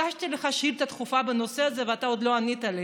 הגשתי לך שאילתה דחופה בנושא הזה ואתה עוד לא ענית לי: